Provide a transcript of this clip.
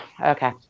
okay